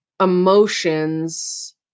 emotions